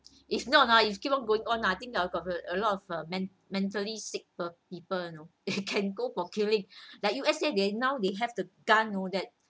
if not ah it's keep going on ah I think there got a lot of uh men~ mentally sick per~ people you know it can go for killing like U_S_A they now they have the gun you know that uh U_S_A they have the gun